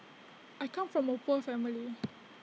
I come from A poor family